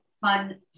fun